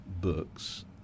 books